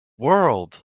world